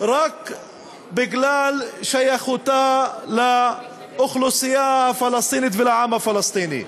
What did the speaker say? רק בגלל שייכותה לאוכלוסייה הפלסטינית ולעם הפלסטיני.